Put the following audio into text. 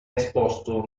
esposto